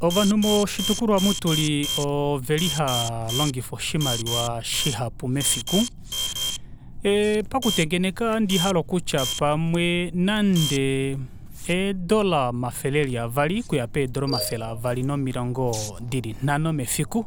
Ovanhu moshitukulwa aamu tuli oveli haalongifa oshimaliwa shihapu mefiku eepakutengeneka ohandi hale okutya pamwe nande eedora omafele eli avali okuya peedora omafele eli avali nomilongo dili nhano mefiku